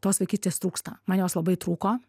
tos vaikystės trūksta man jos labai trūko